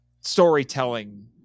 storytelling